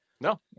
No